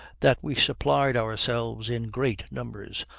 that we supplied ourselves in great numbers,